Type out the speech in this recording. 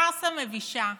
פארסה מבישה.